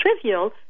trivial